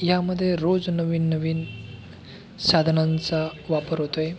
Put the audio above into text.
यामध्ये रोज नवीन नवीन साधनांचा वापर होतो आहे